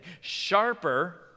Sharper